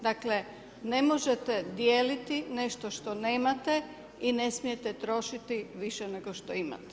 Dakle ne možete dijeliti nešto što nemate i ne smijete trošiti više nego što imate.